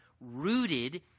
rooted